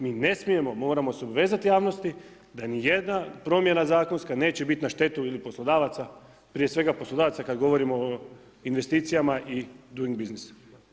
Mi ne smijemo, moramo se obvezati javnosti da ni jedna promjena zakonska neće biti na štetu ili poslodavaca, prije svega poslodavaca kad govorimo o investicijama i ... biznisu.